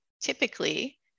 Typically